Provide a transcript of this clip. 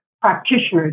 practitioners